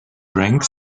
drank